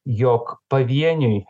jog pavieniui